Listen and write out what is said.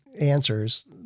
answers